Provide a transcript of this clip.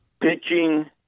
pitching